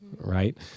right